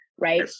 right